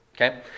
okay